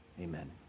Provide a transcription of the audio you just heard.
amen